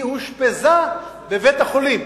אושפזה בבית-החולים.